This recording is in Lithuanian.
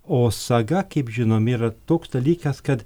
o saga kaip žinom yra toks dalykas kad